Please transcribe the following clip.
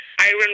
Iron